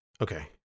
Okay